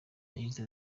yagize